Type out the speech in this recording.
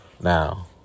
Now